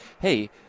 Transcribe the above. hey